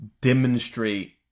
demonstrate